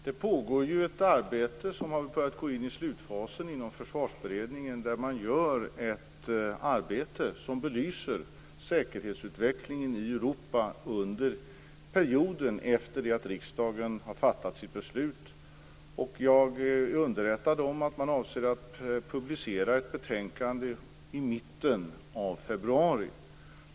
Fru talman! Det pågår ett arbete inom Försvarsberedningen som har börjat gå in i slutfasen. Där belyser man säkerhetsutvecklingen i Europa under perioden efter det att riksdagen har fattat sitt beslut. Jag är underrättad om att man avser att publicera ett betänkande i mitten av februari.